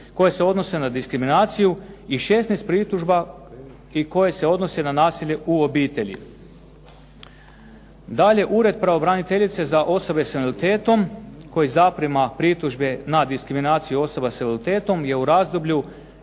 koje se odnose na diskriminaciju i 16 pritužbi koje se odnose na nasilje u obitelji. Dalje, Ured pravobraniteljice za osobe sa invaliditetom koji zaprima pritužbe na diskriminaciju osoba sa invaliditetom je u razdoblju